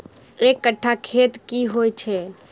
एक कट्ठा खेत की होइ छै?